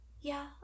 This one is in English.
Yeah